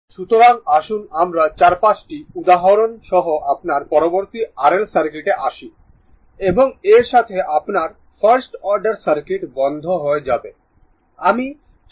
first order circuits continued সুতরাং আসুন আমরা 4 5 টি উদাহরণ সহ আপনার পরবর্তী RL সার্কিটে আসি এবং এর সাথে আপনার ফার্স্ট অর্ডার সার্কিট বন্ধ হয়ে যাবে